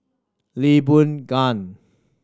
Lee Boon Ngan